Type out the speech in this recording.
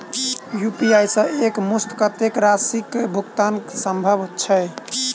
UPI सऽ एक मुस्त कत्तेक राशि कऽ भुगतान सम्भव छई?